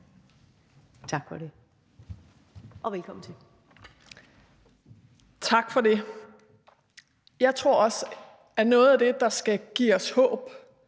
Carsten Nielsen (RV): Tak for det. Jeg tror også, at noget af det, der skal give os håb,